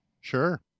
Sure